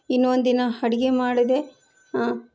ಇನ್ನೊಂದಿನ ಅಡ್ಗೆ ಮಾಡಿದೆ ಆಂ